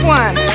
one